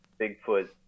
Bigfoot